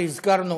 שהזכרנו,